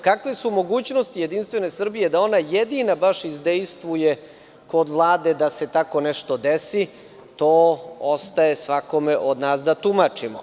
Kakve su mogućnosti Jedinstvene Srbije da ona jedina baš izdejstvuje kod Vlade da se tako nešto desi, to ostaje svakome od nas da tumačimo.